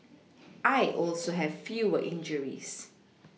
I also have fewer injuries